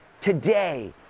today